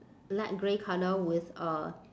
light grey colour with uh